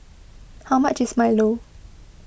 how much is Milo